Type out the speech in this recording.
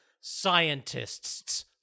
scientists